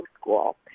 school